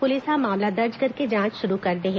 police ने मामला दर्ज कर जांच शुरू कर दी है